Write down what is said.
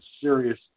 serious